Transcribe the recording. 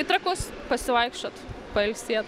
į trakus pasivaikščiot pailsė